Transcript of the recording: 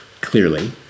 clearly